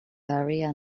area